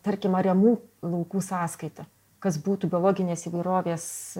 tarkim ariamų laukų sąskaita kas būtų biologinės įvairovės